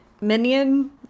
minion